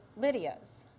Lydias